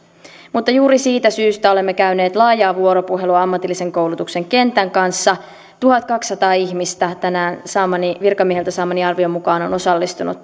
mutta juuri siitä syystä olemme käyneet laajaa vuoropuhelua ammatillisen koulutuksen kentän kanssa tuhatkaksisataa ihmistä tänään virkamieheltä saamani arvion mukaan on on osallistunut